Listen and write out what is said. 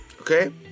Okay